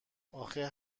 آخه